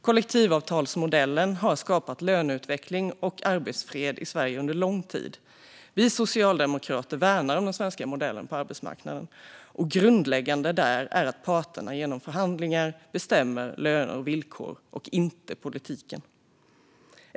Kollektivavtalsmodellen har skapat löneutveckling och arbetsfred i Sverige under lång tid. Vi socialdemokrater värnar om den svenska modellen på arbetsmarknaden, och grundläggande är att parterna genom förhandlingar bestämmer löner och villkor, inte politiken.